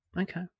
Okay